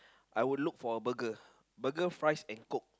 I would look for a burger burger fries and coke